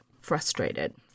frustrated